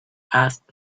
asked